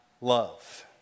love